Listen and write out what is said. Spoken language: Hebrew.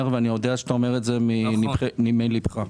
ואני יודע שאתה אומר את זה מנימי ליבך.